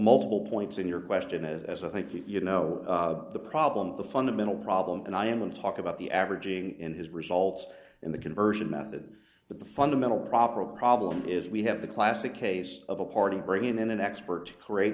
multiple points in your question is as i think you know the problem the fundamental problem and i am and talk about the averaging in his results in the conversion method but the fundamental proper problem is we have the classic case of a party bringing in an expert great